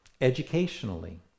educationally